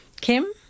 Kim